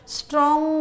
strong